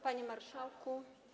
Panie Marszałku!